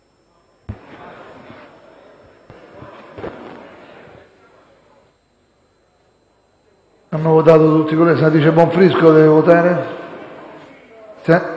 Grazie